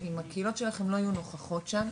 אם הקהילות שלכם לא יהיו נוכחות שם,